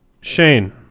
Shane